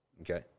Okay